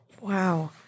wow